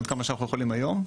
עד כמה שאנחנו יכולים היום.